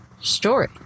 story